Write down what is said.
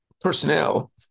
personnel